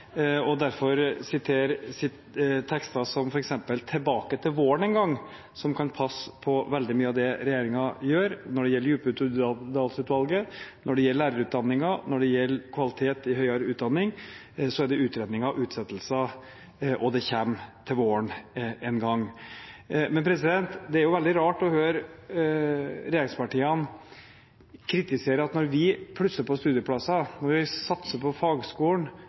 og derfor sitere tekster som f.eks. «Tebake te vår’n en gang», som kan passe på veldig mye av det regjeringen gjør. Når det gjelder Djupedal-utvalget, når det gjelder lærerutdanningen, når det gjelder kvalitet i høyere utdanning, er det utredninger og utsettelser – og det kommer «til våren en gang». Det er veldig rart å høre regjeringspartiene kritisere at når vi plusser på studieplasser, når vi satser på fagskolen,